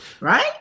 right